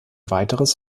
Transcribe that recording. weiteres